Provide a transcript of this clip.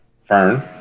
Fern